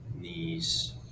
knees